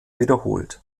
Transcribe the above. wiederholt